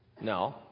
No